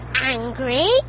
angry